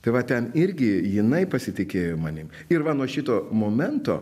tai va ten irgi jinai pasitikėjo manim ir va nuo šito momento